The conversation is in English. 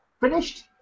finished